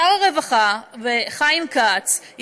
שר הרווחה חיים כץ,